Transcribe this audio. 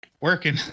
working